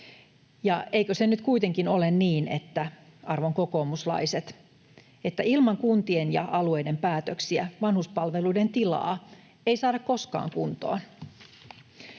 Eikö se nyt kuitenkin ole niin, arvon kokoomuslaiset, että ilman kuntien ja alueiden päätöksiä vanhuspalveluiden tilaa ei saada koskaan kuntoon?